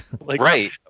right